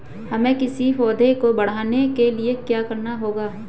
हमें किसी पौधे को बढ़ाने के लिये क्या करना होगा?